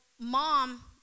mom